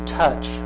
touch